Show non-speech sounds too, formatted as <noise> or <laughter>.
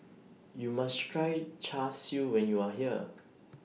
YOU must Try Char Siu when YOU Are here <noise>